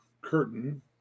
curtain